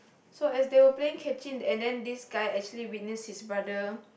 so as they were playing catching and then this guy actually witnessed his brother